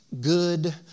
good